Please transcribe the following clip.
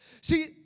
See